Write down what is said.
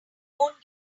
won’t